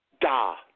Da